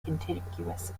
contiguous